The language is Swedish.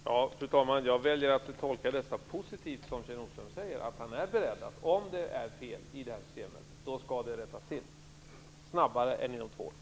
Fru talman! Jag väljer att tolka det som Kjell Nordström säger positivt, att han är beredd att om det är något fel i systemet så skall det rättas till snabbare än inom två år.